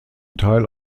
teil